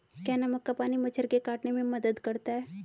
क्या नमक का पानी मच्छर के काटने में मदद करता है?